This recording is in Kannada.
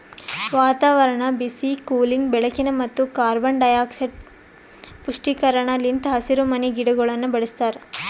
ವಾತಾವರಣ, ಬಿಸಿ, ಕೂಲಿಂಗ್, ಬೆಳಕಿನ ಮತ್ತ ಕಾರ್ಬನ್ ಡೈಆಕ್ಸೈಡ್ ಪುಷ್ಟೀಕರಣ ಲಿಂತ್ ಹಸಿರುಮನಿ ಗಿಡಗೊಳನ್ನ ಬೆಳಸ್ತಾರ